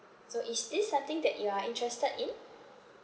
so is this something that you are interested in